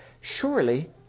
surely